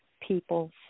people